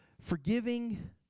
forgiving